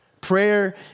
Prayer